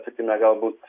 tarkime galbūt